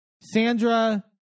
Sandra